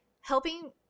helping –